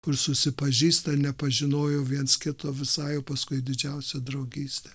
kur susipažįsta nepažinojo viens kito visai paskui didžiausią draugystę